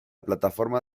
plataforma